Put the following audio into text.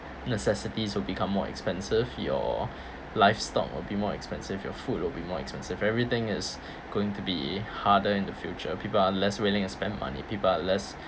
necessities will become more expensive your livestock will be more expensive your food will be more expensive everything is going to be harder in the future people are less willing to spend money people are less